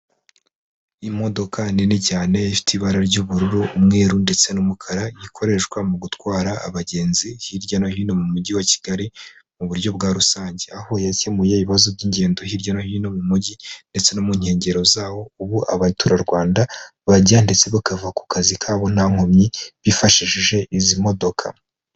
Imodoka nini cyane ifite ibara ry'ubururu, umweru ndetse n'umukara, ikoreshwa mu gutwara abagenzi hirya no hino mu mujyi wa Kigali mu buryo bwa rusange, aho yakemuye ibibazo by'ingendo hirya no hino mu mujyi ndetse no mu nkengero zawo, ubu abaturarwanda bajya ndetse bakava ku kazi kabo ntakomyi bifashishije izi modoka.